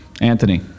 Anthony